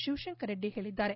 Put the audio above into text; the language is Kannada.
ಶಿವಶಂಕರರೆಡ್ಡಿ ಹೇಳಿದ್ದಾರೆ